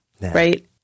right